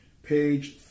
Page